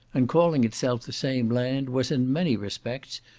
and calling itself the same land, was, in many respects,